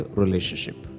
relationship